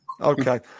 Okay